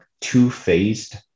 two-phased